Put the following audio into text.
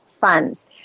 funds